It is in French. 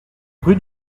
rue